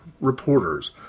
reporters